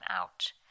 out